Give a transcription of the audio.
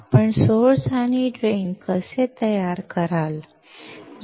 आपण सोर्स आणि ड्रेन कसे तयार कराल